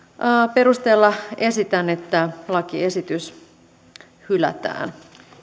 perusteella esitän että lakiesitys hylätään